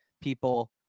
people